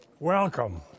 Welcome